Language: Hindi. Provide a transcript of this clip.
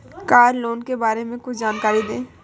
कार लोन के बारे में कुछ जानकारी दें?